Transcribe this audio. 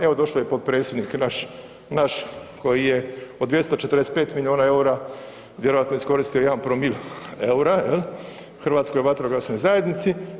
Evo, došao je potpredsjednik naš koji je od 245 milijuna eura vjerojatno iskoristio jedan promil eura Hrvatskoj vatrogasnoj zajednici.